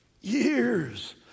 years